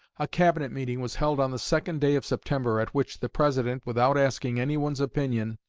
a cabinet meeting was held on the second day of september, at which the president, without asking anyone's opinion,